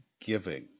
giving